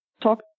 talk